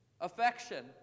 Affection